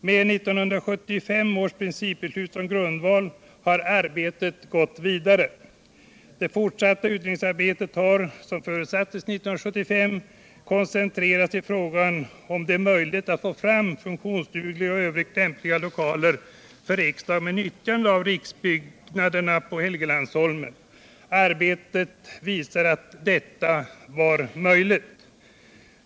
Med 1975 års principbeslut som grundval har arbetet gått vidare. Det fortsatta utredningsarbetet har — som förutsattes 1975 — koncentrerats till frågan om det är möjligt att få funktionsdugliga och i övrigt lämpliga lokaler för riksdagen med utnyttjande av riksbyggnaderna på Helgeandsholmen. Arbetet visade att detta var möjligt.